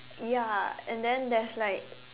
ya and then there's like